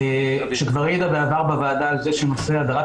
שכבר העידה בעבר בוועדה על זה שנושא הדרת